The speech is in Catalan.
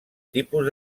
tipus